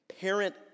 parent